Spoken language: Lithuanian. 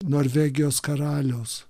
norvegijos karaliaus